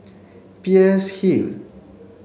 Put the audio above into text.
Peirce Hill